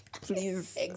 Please